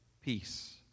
peace